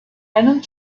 einen